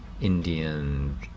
Indian